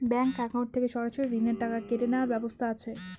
Bank account থেকে সরাসরি ঋণের টাকা কেটে নেওয়ার ব্যবস্থা আছে?